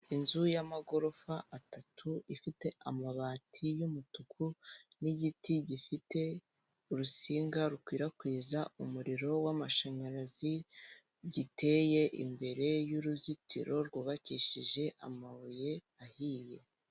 Inzu y'amagorofa atatu ifite amabati y'umutuku n'igiti gifite urusinga rukwirakwiza umuriro w'amashanyarazi giteye imbere y'uruzitiro rwubakishije amabuye ahiye.